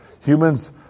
Humans